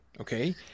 Okay